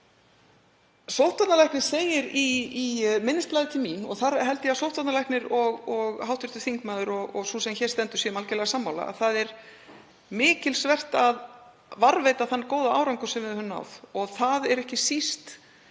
Sóttvarnalæknir segir í minnisblaði til mín, og þar held ég að sóttvarnalæknir, hv. þingmaður og sú sem hér stendur séu algjörlega sammála, að mikilsvert sé að varðveita þann góða árangur sem við höfum náð og það snýst ekki síst